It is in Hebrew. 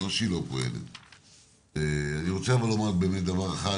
אני רוצה לומר דבר אחד,